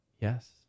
Yes